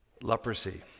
Leprosy